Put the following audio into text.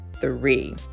three